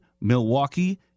Milwaukee